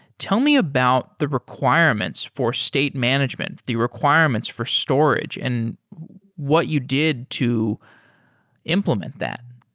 tell me about the requirements for state management, the requirements for storage and what you did to implement that